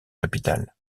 capitale